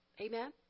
Amen